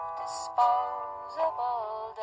disposable